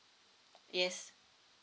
yes